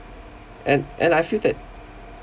and and I feel that